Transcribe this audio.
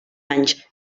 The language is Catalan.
anys